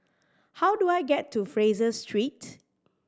how do I get to Fraser Street